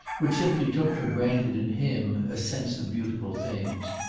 which simply took for granted in him a sense of beautiful things.